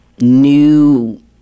new